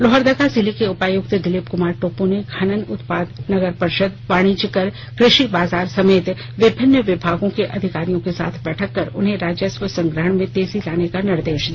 लोहरदगा जिले के उपायुक्त दिलीप कुमार टोप्पो ने खनन उत्पाद नगर पर्षद वाणिज्यकर कृषि बाजार समेत विभिन्न विभागों के अधिकारियों के साथ बैठक कर उन्हें राजस्व संग्रहण में तेजी लाने का निर्देश दिया